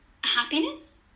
happiness